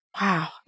Wow